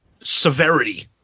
severity